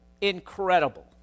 incredible